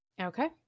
Okay